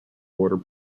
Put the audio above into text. order